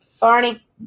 Barney